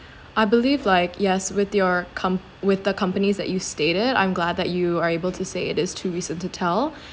I believe like yes with your comp~ with the companies that you've stated I'm glad that you are able to say it is too recent to tell